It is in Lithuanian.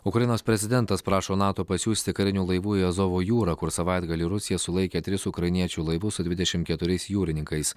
ukrainos prezidentas prašo nato pasiųsti karinių laivų į azovo jūrą kur savaitgalį rusija sulaikė tris ukrainiečių laivus su dvidešimt keturiais jūrininkais